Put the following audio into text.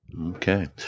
Okay